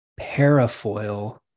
parafoil